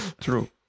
true